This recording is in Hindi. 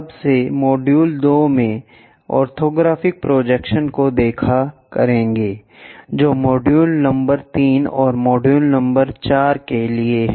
अब से मॉड्यूल 2 में ऑर्थोग्राफ़िक प्रोजेक्शन्स को देखा करेंगे जो मॉड्यूल नंबर 3 और मॉड्यूल नंबर 4 के लिए है